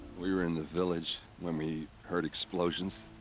we were in the village. when we. heard explosions.